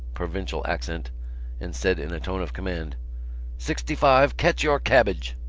provincial accent and said in a tone of command sixty five, catch your cabbage!